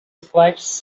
requires